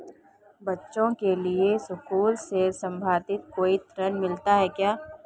बच्चों के लिए स्कूल से संबंधित कोई ऋण मिलता है क्या?